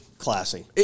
classy